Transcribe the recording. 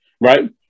right